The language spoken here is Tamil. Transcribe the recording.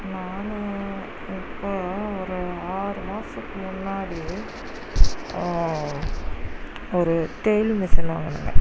நான் இப்போ ஒரு ஆறு மாதத்துக்கு முன்னாடி ஒரு தையல் மிசின் வாங்கினேங்க